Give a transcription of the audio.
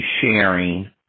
sharing